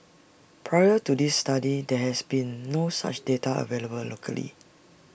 prior to this study there has been no such data available locally